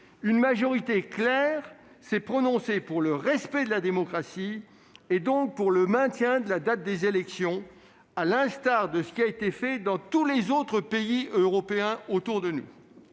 une majorité claire, pour le respect de la démocratie, donc pour le maintien de la date des élections, à l'instar de ce qui a été fait dans tous les autres pays européens. Il s'agit d'un